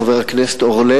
חבר הכנסת אורלב,